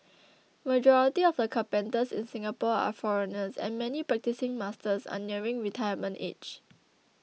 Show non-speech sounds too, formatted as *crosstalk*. *noise* majority of the carpenters in Singapore are foreigners and many practising masters are nearing retirement age